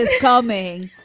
and call me.